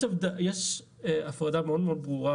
יש הפרדה מאוד ברורה,